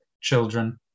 children